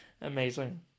amazing